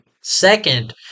Second